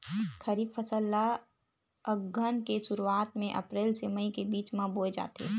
खरीफ फसल ला अघ्घन के शुरुआत में, अप्रेल से मई के बिच में बोए जाथे